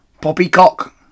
Poppycock